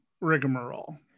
rigmarole